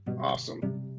awesome